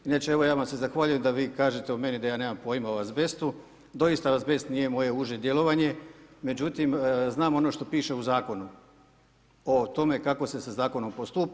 Inače, evo ja vam se zahvaljujem da vi kažete o meni da ja nemam pojma o azbestu, doista azbest nije moje uže djelovanje, međutim, znam ono što pište u Zakonu, o tome kako se sa Zakonom postupa.